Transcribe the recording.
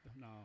no